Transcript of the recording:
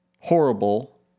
horrible